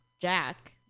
Jack